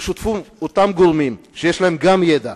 בשותפות עם גורמים שגם להם יש ידע,